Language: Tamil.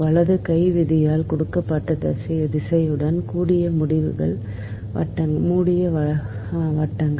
வலது கை விதியால் கொடுக்கப்பட்ட திசையுடன் கூடிய மூடிய வட்டங்கள்